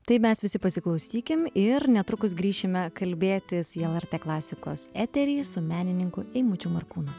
tai mes visi pasiklausykim ir netrukus grįšime kalbėtis į lrt klasikos eterį su menininku eimučiu markūnu